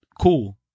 cool